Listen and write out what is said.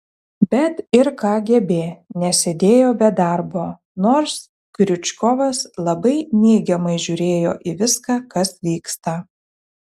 bet ir kgb nesėdėjo be darbo nors kriučkovas labai neigiamai žiūrėjo į viską kas vyksta